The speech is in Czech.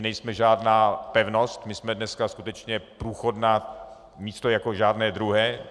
Nejsme žádná pevnost, my jsme dnes skutečně průchodné místo jako žádné druhé.